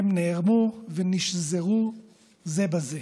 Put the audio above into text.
הם נערמו ונשזרו זה בזה.